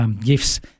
gifts